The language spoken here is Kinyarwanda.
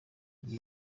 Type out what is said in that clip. gihe